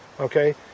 Okay